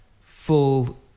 full